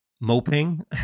moping